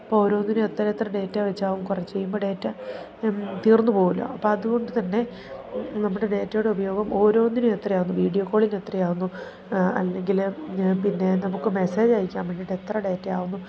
അപ്പോൾ ഓരോന്നിനും എത്ര എത്ര ഡേറ്റാ വെച്ചാവും കുറച്ചു കഴിയുമ്പോൾ ഡേറ്റ തീർന്നു പോവുമല്ലോ അപ്പോൾ അതുകൊണ്ടുതന്നെ നമ്മുടെ ഡേറ്റയുടെ ഉപയോഗം ഓരോന്നിനും എത്രയാവുന്നു വീഡിയോ കോളിനെത്രയാവുന്നു അല്ലെങ്കിൽ പിന്നെ നമുക്ക് മെസ്സേജ് അയക്കാൻ വേണ്ടിയിട്ടെത്ര ഡേറ്റയാവുന്നു